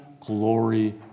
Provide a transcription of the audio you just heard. glory